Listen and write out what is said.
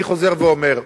אני חוזר ואומר: